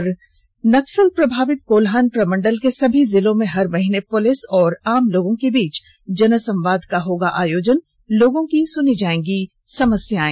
और नक्सल प्रभावित कोल्हान प्रमंडल के सभी जिलों में हर महीने पुलिस और आम लोगों के बीच जनसंवाद का होगा आयोजन लोगों की सुनी जाएंगी समस्याएं